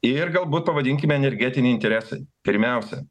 ir galbūt pavadinkime energetiniai interesai pirmiausia